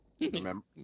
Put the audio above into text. Remember